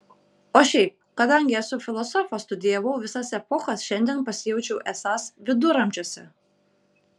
o šiaip kadangi esu filosofas studijavau visas epochas šiandien pasijaučiau esąs viduramžiuose